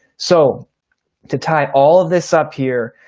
so to tie all of this up here,